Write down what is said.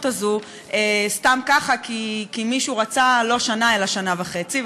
הזאת סתם ככה כי מישהו רצה לא שנה אלא שנה וחצי,